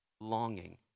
longing